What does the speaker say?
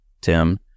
Tim